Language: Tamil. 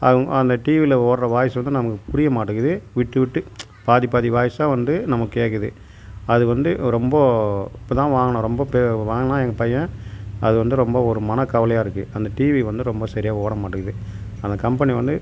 அது அந்த டீவியில் ஓடுகிற வாய்ஸ் வந்து நமக்கு புரிய மாட்டிக்கிது விட்டு விட்டு பாதி பாதி வாய்ஸ் தான் வந்து நமக்கு கேட்குது அது வந்து ரொம்ப இப்போ தான் வாங்கினோம் ரொம்ப பெ வாங்கினான் எங்கள் பையன் அது வந்து ரொம்ப ஒரு மனக்கவலையாக இருக்குது அந்த டீவி வந்து ரொம்ப சரியா ஓட மாட்டிக்கிது அந்த கம்பெனி வந்து